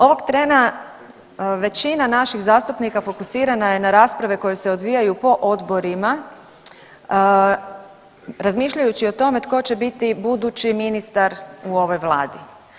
Ovog trena većina naših zastupnika fokusirana je na rasprave koje se odvijaju po odborima razmišljajući o tome tko će biti budući ministar u ovoj Vladi.